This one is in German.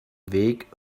weg